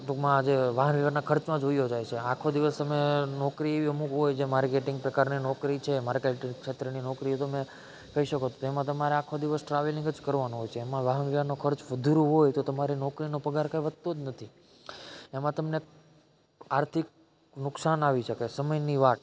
ટૂંકમાં આ જે વાહન વ્યવહારમાં ખર્ચમાં જ વયો જાય છે આખો દિવસ તમે નોકરી અમુક હોય જે માર્કેટિંગ પ્રકારની નોકરી છે માર્કેટ ક્ષેત્રની નોકરી તો તમે કહી શકો તેમાં તમારે આખો દિવસ ટ્રાવેલિંગ જ કરવાનું હોય છે એમાં વાહન વ્યવહારનો ખર્ચ વધુરો હોય તો તમારે નોકરીનો પગાર કંઈ વધતો નથી એમાં તમને આર્થિક નુકસાન આવી શકે સમયની વાત